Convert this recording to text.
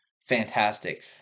fantastic